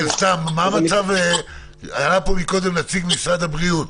כן, סתם, היה פה מקודם נציג משרד הבריאות,